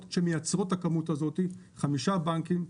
שמייצרות את הכמות הזאת - חמישה בנקים,